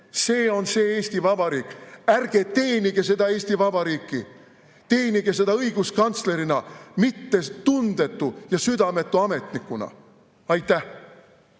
See on see Eesti Vabariik. Ärge teenige seda Eesti Vabariiki! Teenige seda õiguskantslerina, mitte tundetu ja südametu ametnikuna! Aitäh!